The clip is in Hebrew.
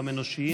גם אנושיים.